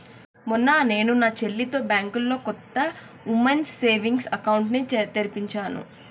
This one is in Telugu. మొన్న నేను నా చెల్లితో బ్యాంకులో కొత్త ఉమెన్స్ సేవింగ్స్ అకౌంట్ ని తెరిపించాను